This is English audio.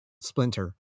Splinter